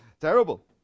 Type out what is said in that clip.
Terrible